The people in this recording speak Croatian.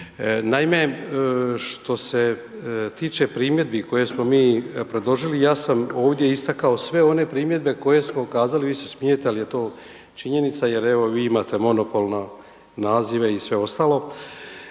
Naime, što se tiče primjedbi koje smo mi predložili ja sam ovdje istakao sve one primjedbe koje smo kazali, vi se smijete, ali je to činjenica jer evo vi imate monopol na nazive i sve ostalo.